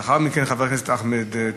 לאחר מכן, חבר הכנסת אחמד טיבי.